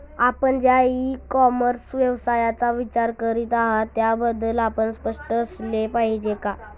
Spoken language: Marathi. आपण ज्या इ कॉमर्स व्यवसायाचा विचार करीत आहात त्याबद्दल आपण स्पष्ट असले पाहिजे का?